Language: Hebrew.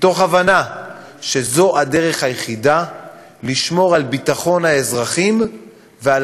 מתוך הבנה שזאת הדרך היחידה לשמור על ביטחון האזרחים ועל